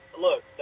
look